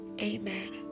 Amen